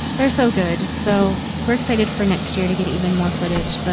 they're so good. so we're excited for next year to get even more footage. but